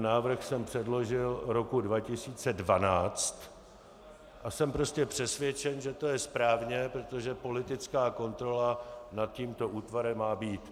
Návrh jsem předložil roku 2012 a jsem prostě přesvědčen, že to je správně, protože politická kontrola nad tímto útvarem má být.